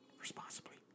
Responsibly